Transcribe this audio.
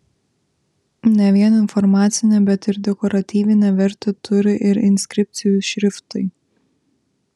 ne vien informacinę bet ir dekoratyvinę vertę turi ir inskripcijų šriftai